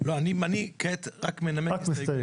אני כעת רק מנמק הסתייגויות.